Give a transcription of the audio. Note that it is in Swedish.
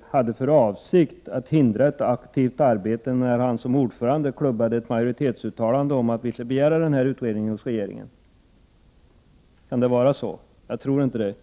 hade för avsikt att förhindra ett aktivt arbete, när han klubbade ett Prot. 1988/89:104 majoritetsuttalande om att vi skulle begära den här utredningen hos 26 april 1989 regeringen. Kan det vara så? Jag tror inte det.